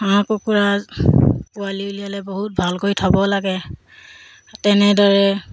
হাঁহ কুকুৰা পোৱালি উলিয়ালে বহুত ভালকৈ থ'ব লাগে তেনেদৰে